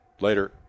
later